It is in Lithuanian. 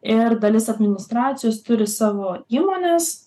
ir dalis administracijos turi savo įmones